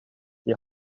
die